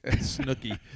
snooky